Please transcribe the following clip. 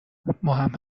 ماهم